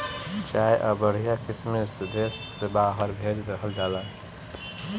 चाय कअ बढ़िया किसिम देस से बहरा भेज देहल जाला